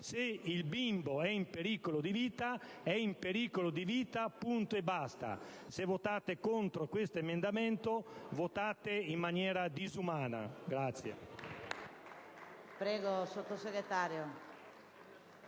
se il bimbo è in pericolo di vita, è in pericolo di vita, punto e basta. Colleghi, se votate contro questi emendamenti, votate in maniera disumana.